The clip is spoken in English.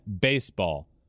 baseball